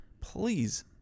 please